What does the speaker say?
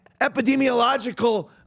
epidemiological